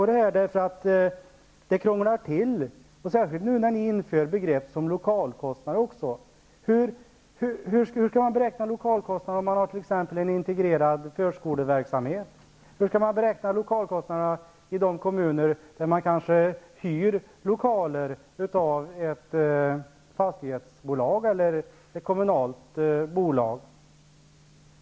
Det krånglar till, särskilt när ni nu inför begrepp som lokalkostnader. Hur skall man beräkna lokalkostnaden om man har en integrerad förskoleverksamhet? Hur skall man beräkna lokalkostnader i kommuner där man hyr lokaler av ett fastighetsbolag eller ett kommunalt bolag?